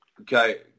Okay